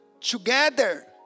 together